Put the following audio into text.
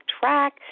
track